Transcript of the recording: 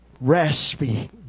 raspy